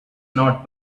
not